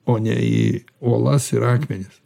o ne į uolas ir akmenis